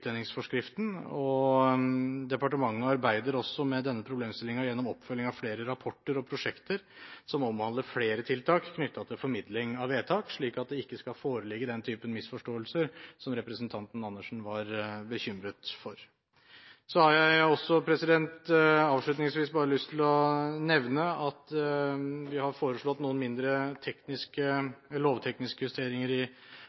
Departementet arbeider også med denne problemstillingen – gjennom oppfølging av flere rapporter og prosjekter som omhandler flere tiltak knyttet til formidling av vedtak – slik at det ikke skal foreligge den typen misforståelser som representanten Andersen var bekymret for. Jeg har avslutningsvis bare lyst til å nevne at vi også har foreslått noen mindre,